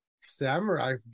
samurai